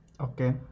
Okay